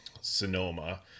Sonoma